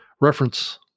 reference